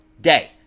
day